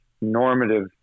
normative